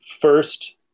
first